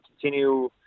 continue